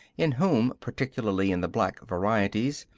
in whom, particularly in the black varieties,